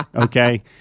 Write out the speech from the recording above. Okay